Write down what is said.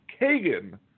Kagan